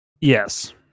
Yes